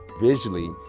visually